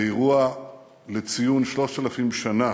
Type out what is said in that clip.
באירוע לציון 3,000 שנה